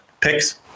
picks